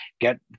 get